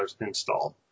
installed